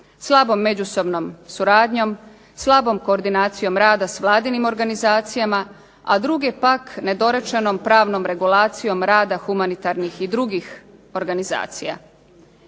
slabom međusobnom suradnjom, slabom koordinacijom rada s vladinim organizacijama, a drugi je pak nedorečenom pravnom regulacijom rada humanitarnih i drugih organizacija.